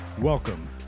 Welcome